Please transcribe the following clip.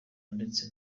ndetse